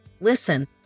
Listen